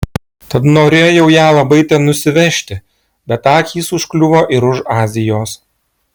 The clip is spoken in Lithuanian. tad norėjau ją labai ten nusivežti bet akys užkliuvo ir už azijos